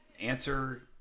answer